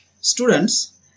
Students